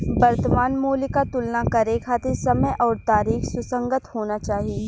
वर्तमान मूल्य क तुलना करे खातिर समय आउर तारीख सुसंगत होना चाही